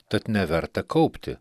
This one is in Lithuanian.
tad neverta kaupti